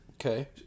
Okay